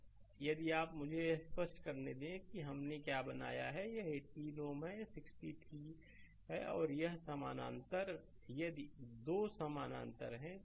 slide समय देखें 3428 इसलिए यदि आप मुझे यह स्पष्ट करने दें कि हमने यह क्या बनाया है कि 18 Ω और 63 और यह समानांतर यदि यह दो समानांतर हैं